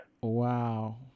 Wow